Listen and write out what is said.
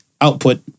output